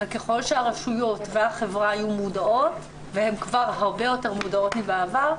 אבל ככל שהרשויות והחברה יהיו מודעות והן כבר הרבה יותר מודעות מבעבר,